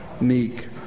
Meek